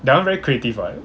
that one very creative [what]